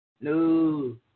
No